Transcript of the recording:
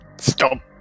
Stop